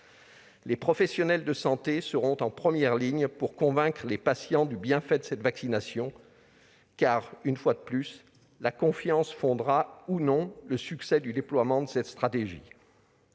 Les professionnels de santé seront en première ligne pour convaincre les patients du bienfait de cette vaccination. En effet, je le redis, seule la confiance pourra fonder le succès du déploiement de cette stratégie.